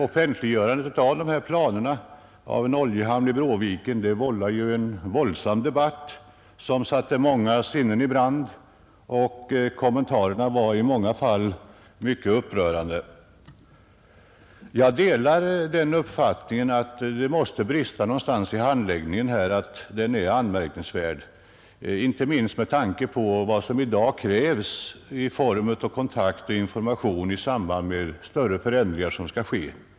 Offentliggörandet av planerna på en oljehamn vid Bråviken har vållat en våldsam debatt som satt många sinnen i brand, och kommentarerna var i många fall mycket upprörda. Jag delar den uppfattningen att det måste brista någonstans i handläggningen av detta ärende. Den är anmärkningsvärd, inte minst med tanke på vad som i dag krävs i form av kontakt och information i samband med större förändringar som skall ske.